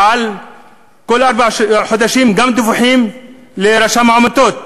וכל ארבעה חודשים גם דיווחים לרשם העמותות.